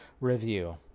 review